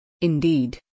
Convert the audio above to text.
Indeed